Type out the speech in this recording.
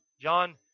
John